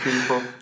people